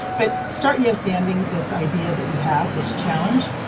but start yes, standing this idea that you have this challenge.